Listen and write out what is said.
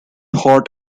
hot